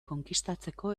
konkistatzeko